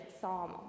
Psalm